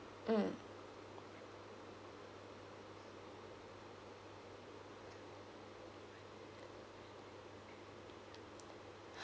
mm